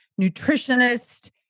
nutritionist